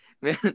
man